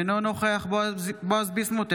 אינו נוכח בועז ביסמוט,